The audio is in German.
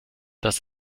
dass